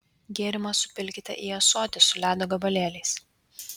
gėrimą supilkite į ąsotį su ledo gabalėliais